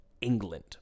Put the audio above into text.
England